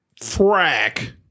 frack